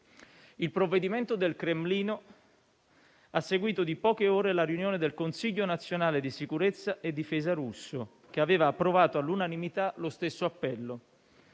Il provvedimento del Cremlino ha seguito di poche ore la riunione del Consiglio nazionale di sicurezza e difesa russo, che aveva approvato all'unanimità lo stesso appello.